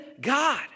God